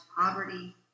poverty